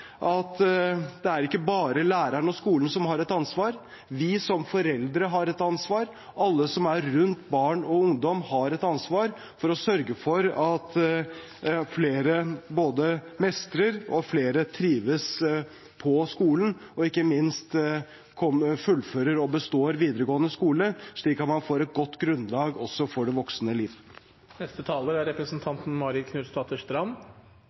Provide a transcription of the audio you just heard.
at det er ikke bare læreren og skolen som har et ansvar. Vi som foreldre har et ansvar. Alle som er rundt barn og ungdom, har et ansvar for å sørge for både at flere mestrer, og at flere trives på skolen, og ikke minst fullfører og består videregående skole, slik at man får et godt grunnlag også for det voksne